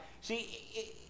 See